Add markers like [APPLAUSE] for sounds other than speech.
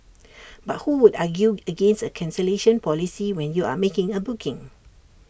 [NOISE] but who would argue against A cancellation policy when you are making A booking